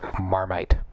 Marmite